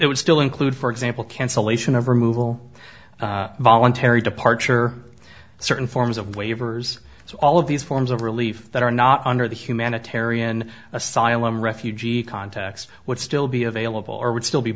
would still include for example cancellation of removal voluntary departure certain forms of waivers so all of these forms of relief that are not under the humanitarian asylum refugee contacts would still be available or would still be